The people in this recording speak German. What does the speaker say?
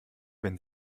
wenn